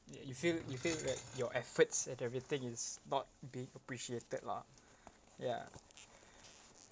ya you feel you feel like your efforts and everything is not being appreciated lah ya